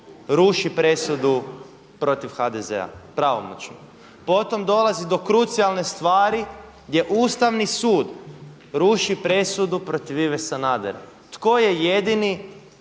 ruši presudu protiv HDZ-a pravomoćnu, potom dolazi do krucijalne stvari gdje Ustavni sud ruši presudu protiv Ive Sanadera. To je jedini